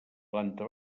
planta